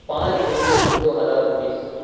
پانچ جون دو ہزار انیس